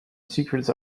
secrets